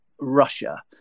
Russia